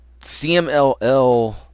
CMLL